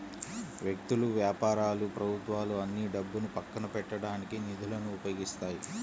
వ్యక్తులు, వ్యాపారాలు ప్రభుత్వాలు అన్నీ డబ్బును పక్కన పెట్టడానికి నిధులను ఉపయోగిస్తాయి